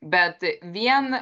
bet vien